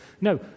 No